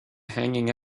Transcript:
hanging